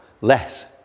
less